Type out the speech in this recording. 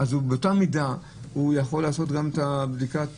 באותה מידה הוא יכול לעשות את הבדיקה,